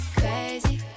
crazy